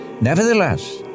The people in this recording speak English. Nevertheless